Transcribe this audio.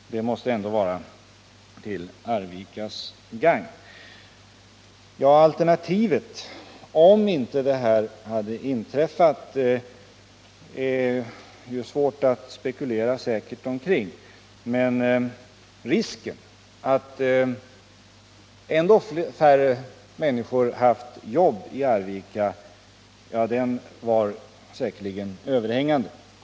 Det måste ändå vara till Arvikas gagn. Alternativet om inte detta hade inträffat är svårt att spekulera över, men risken för att ännu färre människor haft jobb i Arvika hade säkerligen varit överhängande.